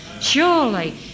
surely